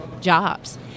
jobs